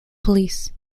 police